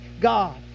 God